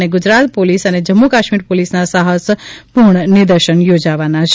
અને ગુજરાત પોલીસ અને જમ્મુ કાશ્મીર પોલીસના સાફસ પૂર્ણ નિદર્શન યોજાવાના છે